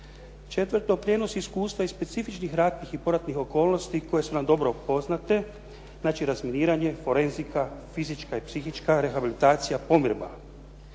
Četvrto, prijenos iskustva iz specifičnih ratnih i poratnih okolnosti koje su nam dobro poznate, znači razminiranje, forenzika, fizička i psihička rehabilitacija, pomirba.